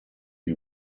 who